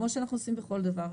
כמו שאנחנו עושים בכל דבר,